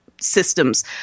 systems